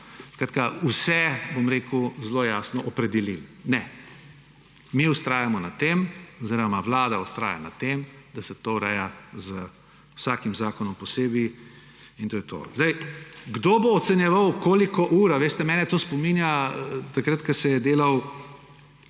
vse zelo jasno opredelili. Ne. Mi vztrajamo na tem oziroma Vlada vztraja na tem, da se to ureja z vsakim zakonom posebej; in to je to. Kdo bo ocenjeval, koliko ur? Veste, mene to spominja, takrat ko se je delal